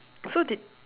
so did